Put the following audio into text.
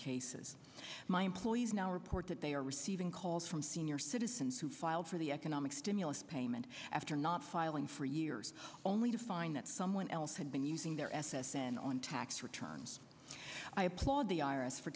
cases my employees now report that they are receiving calls from senior citizens who filed for the economic stimulus payment after not filing for years only to find that someone else had been using their s s n on tax returns i applaud the iris for